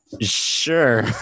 Sure